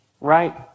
right